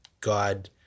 God